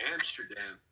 Amsterdam